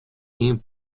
ien